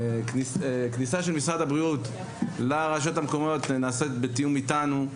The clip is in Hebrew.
הכניסה של משרד הבריאות לרשויות המקומיות נעשית בתיאום איתנו.